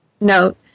No